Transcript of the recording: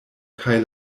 kaj